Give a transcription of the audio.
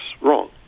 wrong